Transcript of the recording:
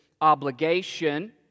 obligation